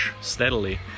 steadily